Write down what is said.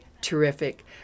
terrific